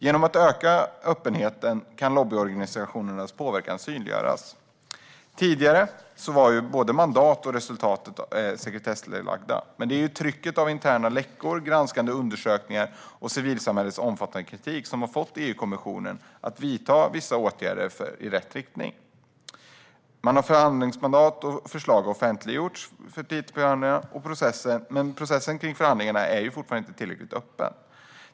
Genom att öka öppenhet kan lobbyorganisationernas påverkan synliggöras. Tidigare var både mandat och resultat sekretessbelagda. Men det är trycket av interna läckor, granskande undersökningar och civilsamhällets omfattande kritik som har fått EU-kommissionen att vidta vissa åtgärder i rätt riktning. Förhandlingsmandat och förslag för TTIP-förhandlingarna har offentliggjorts, men processen kring förhandlingarna är fortfarande inte tillräckligt öppen.